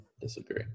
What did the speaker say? Disagree